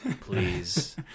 please